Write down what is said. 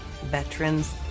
veterans